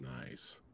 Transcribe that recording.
nice